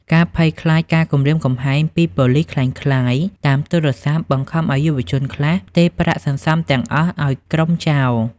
ការភ័យខ្លាចការគំរាមកំហែងពី "ប៉ូលិសក្លែងក្លាយ" តាមទូរស័ព្ទ បង្ខំឱ្យយុវជនខ្លះផ្ទេរប្រាក់សន្សំទាំងអស់ឱ្យក្រុមចោរ។